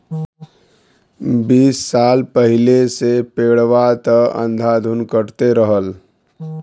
बीस साल पहिले से पेड़वा त अंधाधुन कटते रहल